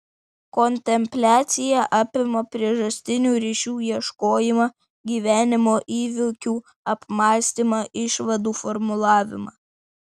kontempliacija apima priežastinių ryšių ieškojimą gyvenimo įvykių apmąstymą išvadų formulavimą